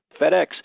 FedEx